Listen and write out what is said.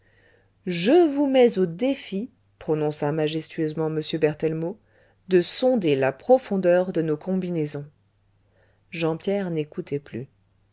je vous mets au défi prononça majestueusement m berthellemot de sonder la profondeur de nos combinaisons jean pierre n'écoutait plus